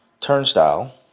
Turnstile